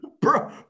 Bro